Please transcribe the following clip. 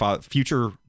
future